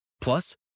Plus